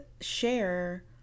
share